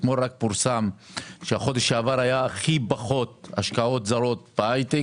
אתמול פורסם שהחודש שעבר היה הכי פחות השקעות זרות בהייטק